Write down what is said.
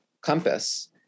compass